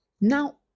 now